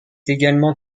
également